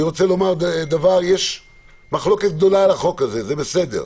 אני רוצה לומר שיש מחלוקת גדולה על החוק הזה וזה בסדר,